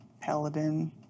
paladin